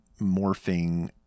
morphing